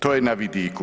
To je na vidiku.